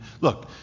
Look